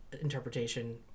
interpretation